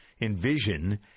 envision